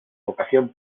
vocación